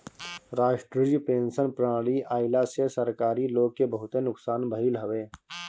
राष्ट्रीय पेंशन प्रणाली आईला से सरकारी लोग के बहुते नुकसान भईल हवे